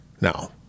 now